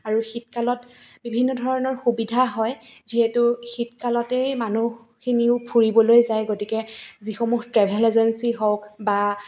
আৰু শীত কালত বিভিন্ন ধৰণৰ সুবিধা হয় যিহেতু শীত কালতেই মানুহখিনিও ফুৰিবলে যায় গতিকে যিসমূহ ট্ৰেভেল এজেঞ্চি হওক বা